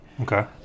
Okay